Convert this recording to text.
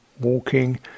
walking